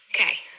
Okay